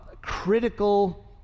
critical